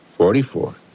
Forty-four